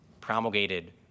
promulgated